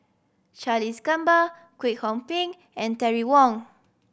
Charles Gamba Kwek Hong Png and Terry Wong